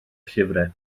llyfrau